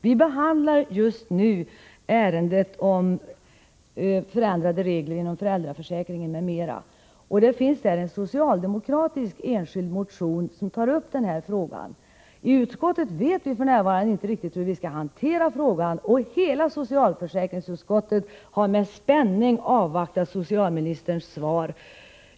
Vi behandlar just nu ärendet om förändrade regler inom föräldraförsäkringen m.m. Det finns där en enskild socialdemokratisk motion som tar upp den här frågan. I utskottet vet vi f. n. inte riktigt hur vi skall hantera ärendet. Hela socialförsäkringsutskottet har med spänning avvaktat socialministerns svar.